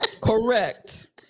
Correct